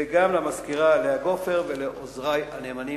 וגם למזכירה לאה גופר ולעוזרי הנאמנים.